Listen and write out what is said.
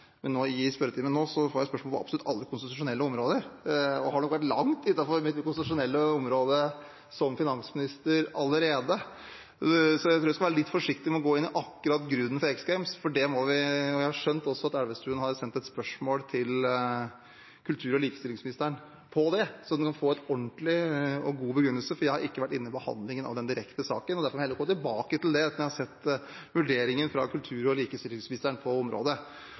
men i spørretimen nå får jeg spørsmål om absolutt alle konstitusjonelle områder, og jeg har nok allerede vært langt utenfor mitt konstitusjonelle område som finansminister. Jeg tror jeg skal være litt forsiktig med å gå inn på akkurat begrunnelsen når det gjelder X Games. Jeg har skjønt at representanten Elvestuen også har sendt et spørsmål til kultur- og likestillingsministeren om det, sånn at han kan få en ordentlig og god begrunnelse. Jeg har ikke vært inne i behandlingen av den saken direkte. Derfor vil jeg heller komme tilbake til det når jeg har sett vurderingen fra kultur- og likestillingsministeren på området.